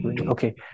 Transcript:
Okay